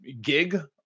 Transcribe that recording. gig